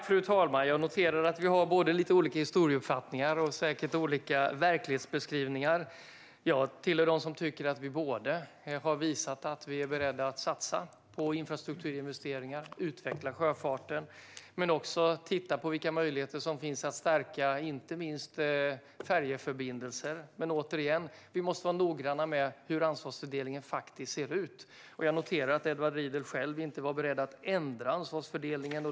Fru talman! Jag noterar att vi har lite olika historieuppfattningar och säkert olika verklighetsbeskrivningar. Jag hör till dem som tycker att vi har visat att vi är beredda att satsa på infrastrukturinvesteringar för att utveckla sjöfarten men också titta på vilka möjligheter som finns att stärka inte minst färjeförbindelser. Men återigen: Vi måste vara noggranna med hur ansvarsfördelningen faktiskt ser ut. Jag noterar att Edward Riedl själv inte är beredd att ändra ansvarsfördelningen.